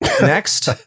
next